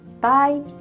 Bye